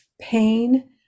pain